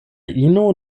ino